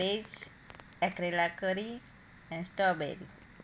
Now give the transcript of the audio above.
એ જ એકરેલા કરી ને સ્ટોબેરી